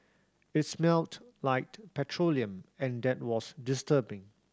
it smelt like petroleum and that was disturbing